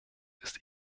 ist